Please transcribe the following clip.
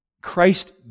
Christ